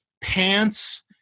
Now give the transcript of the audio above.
pants